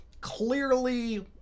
clearly